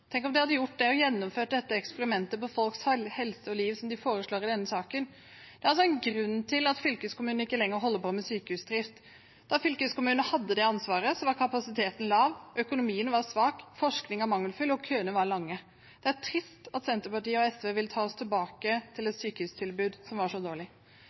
Tenk om de hadde gjort det og gjennomført dette eksperimentet med folks helse og liv som de foreslår i denne saken. Det er en grunn til at fylkeskommunene ikke lenger holder på med sykehusdrift. Da fylkeskommunene hadde det ansvaret, var kapasiteten lav, økonomien svak, forskningen mangelfull og køene lange. Det er trist at Senterpartiet og SV vil ta oss tilbake til et sykehustilbud som var så dårlig.